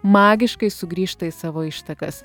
magiškai sugrįžta į savo ištakas